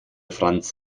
franz